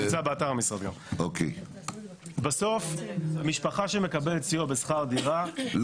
בסוף משפחה שמקבלת סיוע בשכר דירה,